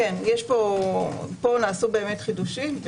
פה נעשו חידושים,